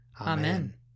Amen